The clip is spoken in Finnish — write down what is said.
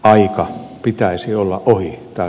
aikaa pitäisi olla ohi ja